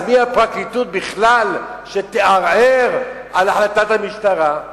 אז מי הפרקליטות בכלל שתערער על החלטת המשטרה?